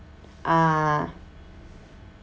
ah